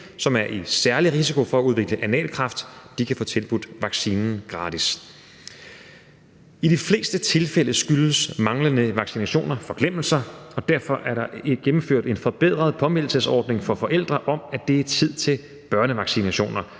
som er i særlig risiko for at udvikle analkræft, og de kan altså få tilbudt vaccinen gratis. I de fleste tilfælde skyldes manglende vaccinationer forglemmelser, og derfor er der gennemført en forbedret påmindelsesordning for forældre om, at det er tid til børnevaccinationer.